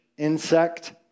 insect